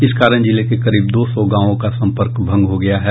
इस कारण जिले के करीब दो सौ गांवों का संपर्क भंग हो गया है